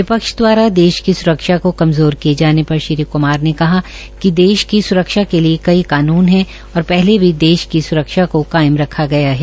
विपक्ष दवारा देश की स्रक्षा को कमजोर किए जाने पर श्री कुमार ने कहा कि देश की स्रक्षा के लिये लिये कई कानून है और पहले भी देश की स्रक्षा को कायम रखा गया है